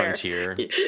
Frontier